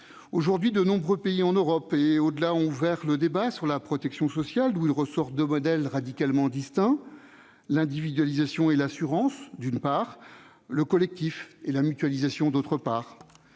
et au-delà, de nombreux pays ont ouvert le débat sur la protection sociale. Il en ressort deux modèles radicalement distincts : l'individualisation et l'assurance, d'une part, le collectif et la mutualisation, d'autre part.